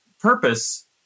purpose